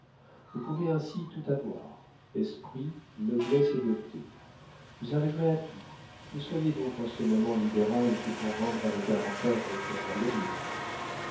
vous pouvez ainsi tout avoir esprit noblesse et beauté vous arriverez à tout ne soyez donc en ce moment libéral que pour vendre avec avantage votre royalisme